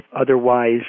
otherwise